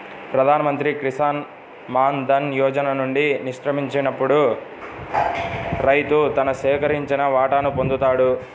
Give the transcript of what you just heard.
ప్రధాన్ మంత్రి కిసాన్ మాన్ ధన్ యోజన నుండి నిష్క్రమించినప్పుడు రైతు తన సేకరించిన వాటాను పొందుతాడు